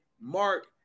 Mark